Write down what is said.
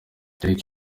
dereck